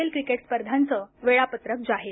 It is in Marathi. एल क्रिकेट स्पर्धांचं वेळापत्रक जाहीर